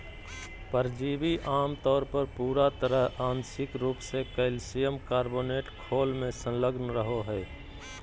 परिजीवी आमतौर पर पूरा तरह आंशिक रूप से कइल्शियम कार्बोनेट खोल में संलग्न रहो हइ